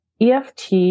EFT